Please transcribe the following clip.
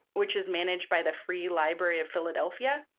which is managed by the free library of philadelphia.